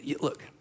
look